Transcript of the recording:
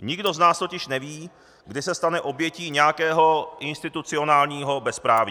Nikdo z nás totiž neví, kdy se stane obětí nějakého institucionálního bezpráví.